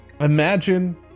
imagine